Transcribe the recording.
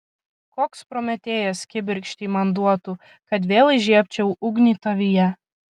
koks prometėjas kibirkštį man duotų kad vėl įžiebčiau ugnį tavyje